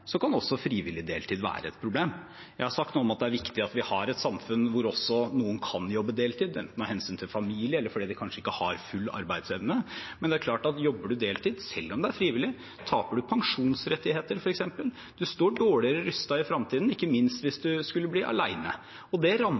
kan også frivillig deltid være et problem. Jeg har sagt noe om at det er viktig at vi har et samfunn hvor også noen kan jobbe deltid, enten av hensyn til familie eller fordi de kanskje ikke har full arbeidsevne. Men det er klart at hvis man jobber deltid, selv om det er frivillig, taper man pensjonsrettigheter, f.eks., og man står dårligere rustet i fremtiden, ikke minst hvis man skulle bli alene. Det er et valg flere kvinner enn menn tar, og det rammer